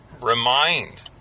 remind